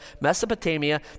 Mesopotamia